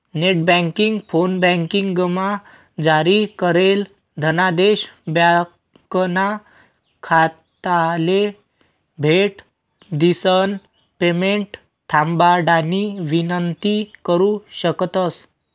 net banking, फोनबँकिंगमा जारी करेल धनादेश ब्यांकना खाताले भेट दिसन पेमेंट थांबाडानी विनंती करु शकतंस